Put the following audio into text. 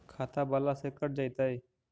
खाता बाला से कट जयतैय?